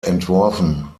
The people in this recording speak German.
entworfen